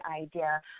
idea